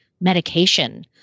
medication